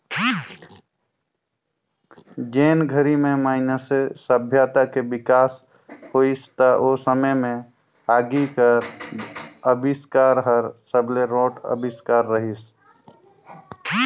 जेन घरी में मइनसे सभ्यता के बिकास होइस त ओ समे में आगी कर अबिस्कार हर सबले रोंट अविस्कार रहीस